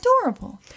Adorable